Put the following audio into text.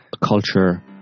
culture